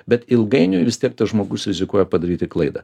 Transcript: bet ilgainiui vis tiek tas žmogus rizikuoja padaryti klaidą